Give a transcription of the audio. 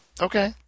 Okay